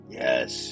yes